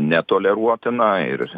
netoleruotina ir